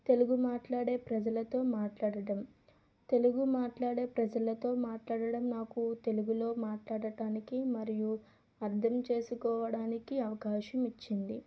తెలుగు మాట్లాడే ప్రజలతో మాట్లాడటం తెలుగు మాట్లాడే ప్రజలతో మాట్లాడడం నాకు తెలుగులో మాట్లాడటానికి మరియు అర్థం చేసుకోవడానికి అవకాశం ఇచ్చింది